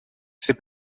ces